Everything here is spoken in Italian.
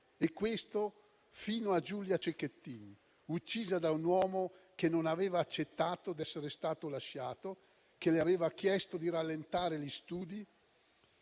E questo fino a Giulia Cecchettin, uccisa da un uomo che non aveva accettato di essere stato lasciato, che le aveva chiesto di rallentare gli studi,